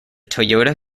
toyota